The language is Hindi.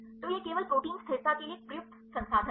तो यह केवल प्रोटीन स्थिरता के लिए एक प्रयुक्त संसाधन है